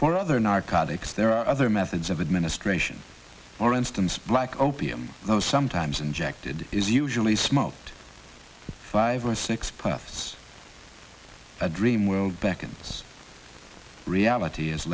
for other narcotics there are other methods of administration or instance black opium sometimes injected is usually smoked five or six plus a dreamworld beckons reality is